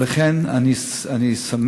לכן אני שמח,